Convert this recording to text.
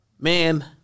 Man